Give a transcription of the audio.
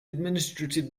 administrative